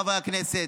חברי הכנסת,